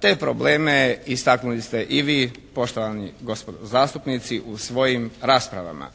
Te probleme istaknuli ste i vi poštovane gospodo zastupnici u svojim raspravama.